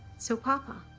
so papa,